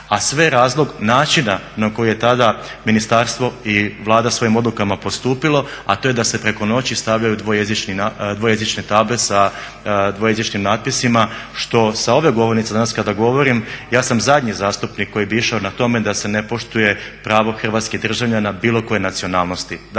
a sve je razlog načina na koji je tada ministarstvo i Vlada svojim odlukama postupilo, a to je da se preko noći stavljaju dvojezične table sa dvojezičnim natpisima, što sa ove govornice kada govorim ja sam zadnji zastupnik koji bi išao tome da se ne poštuje pravo hrvatskih državljana bilo koje nacionalnosti.